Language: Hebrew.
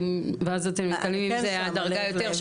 ואז אתם נתקלים עם זה עד דרגה יותר,